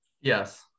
Yes